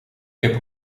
heb